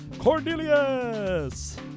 Cornelius